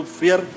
fear